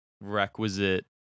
requisite